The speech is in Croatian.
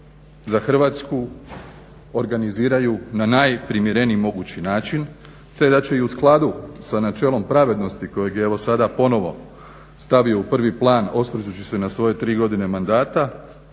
za Hrvatsku organiziraju na najprimjereniji mogući način, te da će i u skladu sa načelom pravednosti, kojeg je evo sada ponovno stavio u prvi plan osvrćući se na svoje 3 godine mandata,